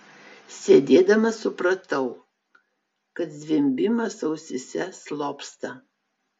sėdėdama supratau kad zvimbimas ausyse slopsta